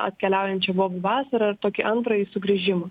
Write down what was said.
atkeliaujančią bobų vasarą ir tokį antrąjį sugrįžimą